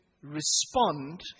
respond